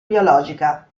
biologica